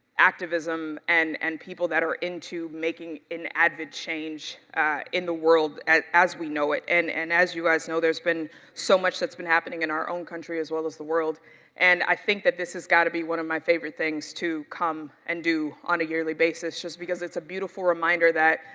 activism and and people that are into making an avid change in the world as as we know it and and as you guys know, there's been so much that's been happening in our own country as well as the world and i think that this has gotta be one of my favorite things too come and do on a yearly basis, just because it's a beautiful reminder that,